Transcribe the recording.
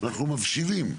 אנחנו מבשילים.